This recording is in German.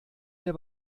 mir